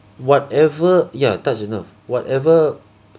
whatever ya touch the nerve whatever